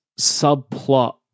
subplot